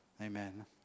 amen